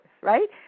right